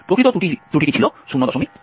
প্রকৃত ত্রুটিটি ছিল 000292